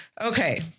Okay